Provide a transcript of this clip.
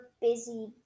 busy